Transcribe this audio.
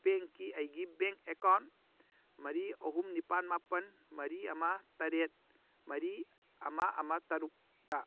ꯕꯦꯡꯀꯤ ꯑꯩꯒꯤ bank account ꯃꯔꯤ ꯑꯍꯨꯝ ꯅꯤꯄꯥꯜ ꯃꯥꯄꯜ ꯃꯔꯤ ꯑꯃ ꯇꯔꯦꯠ ꯃꯔꯤ ꯑꯃ ꯑꯃ ꯇꯔꯨꯛꯇ